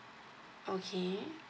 okay